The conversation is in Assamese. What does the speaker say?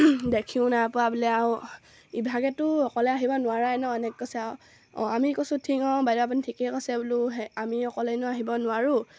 দেখিও নাই পোৱা বোলে আৰু ইভাগেতো অকলে আহিব নোৱাৰাই নহ্ এনেকৈ কৈছে আৰু অঁ আমি কৈছোঁ ঠিক অঁ বাইদেউ আপুনি ঠিকেই কৈছে বোলো হে আমি অকলেনো আহিব নোৱাৰোঁ